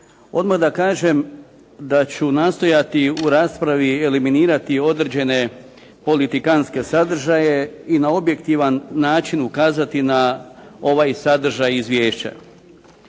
Odmah da kažem da ću nastojati u raspravi eliminirati određene politikantske sadržaje i na objektivan način ukazati na ovaj sadržaj i izvješće.